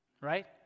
Right